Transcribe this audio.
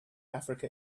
africa